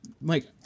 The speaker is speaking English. Mike